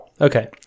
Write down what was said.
okay